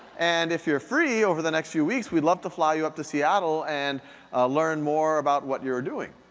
and if you're free over the next few weeks, we'd love to fly you up to seattle and learn more about what you're doing.